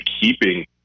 keeping